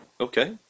Okay